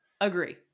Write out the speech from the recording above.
Agree